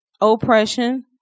oppression